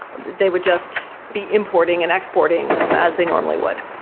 they would just be importing and exporting as they normally would.